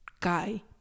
guy